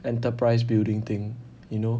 enterprise building thing you know